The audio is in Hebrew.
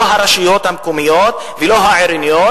לא הרשויות המקומיות ולא העירוניות,